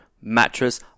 mattress